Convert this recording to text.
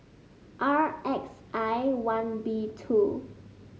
R X I one B two